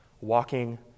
walking